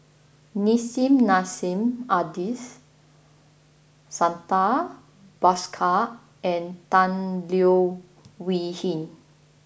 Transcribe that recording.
Nissim Nassim Adis Santha Bhaskar and Tan Leo Wee Hin